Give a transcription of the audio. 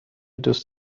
دوست